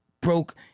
broke